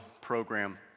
program